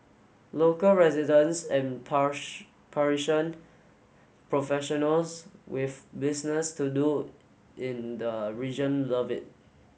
local residents and Parisian professionals with business to do in the region love it